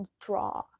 draw